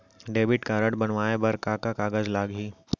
Debit card बनवाये बर का का कागज लागही?